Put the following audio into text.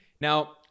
Now